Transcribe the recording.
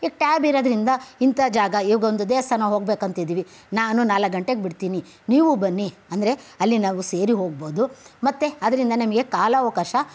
ಈಗ ಟ್ಯಾಬ್ ಇರೋದ್ರಿಂದ ಇಂಥ ಜಾಗ ಈಗ ಒಂದು ದೇವಸ್ಥಾನಕ್ಕೆ ಹೋಗಬೇಕಂತದ್ದೀವಿ ನಾನು ನಾಲ್ಕು ಗಂಟೆಗೆ ಬಿಡ್ತೀನಿ ನೀವು ಬನ್ನಿ ಅಂದರೆ ಅಲ್ಲಿ ನಾವು ಸೇರಿ ಹೋಗ್ಬೋದು ಮತ್ತೆ ಅದರಿಂದ ನಮಗೆ ಕಾಲಾವಕಾಶ